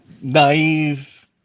naive